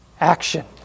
action